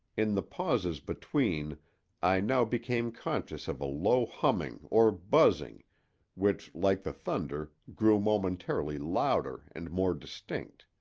in the pauses between i now became conscious of a low humming or buzzing which, like the thunder, grew momentarily louder and more distinct.